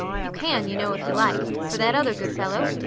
you can, you know, if you like, for that other good fellow